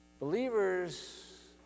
believers